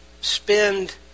spend